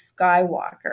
Skywalker